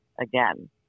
again